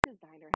designer